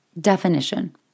Definition